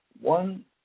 one